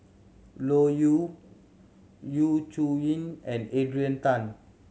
Loke Yew Yu Zhuye and Adrian Tan